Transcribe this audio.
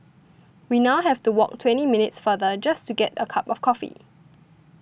we now have to walk twenty minutes farther just to get a cup of coffee